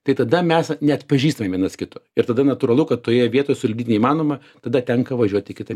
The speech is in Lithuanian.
tai tada mes neatpažįstame vienas kito ir tada natūralu kad toje vietoj sulipdyti neįmanoma tada tenka važiuot į kitą